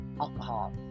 alcohol